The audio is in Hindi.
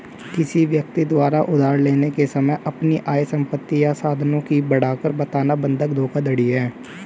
किसी व्यक्ति द्वारा उधार लेने के समय अपनी आय, संपत्ति या साधनों की बढ़ाकर बताना बंधक धोखाधड़ी है